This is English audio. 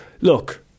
look